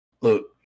look